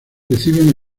reciben